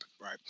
Right